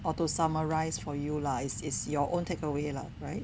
or to summarise for you lah is your own take away lah right